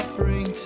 bring